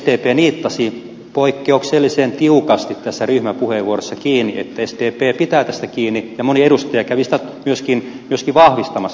sdp niittasi poik keuksellisen tiukasti ryhmäpuheenvuorossa kiinni että sdp pitää tästä kiinni ja moni edustaja kävi sitä myöskin vahvistamassa